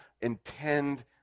intend